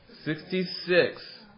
Sixty-six